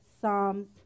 Psalms